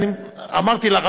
אמרתי לך,